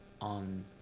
on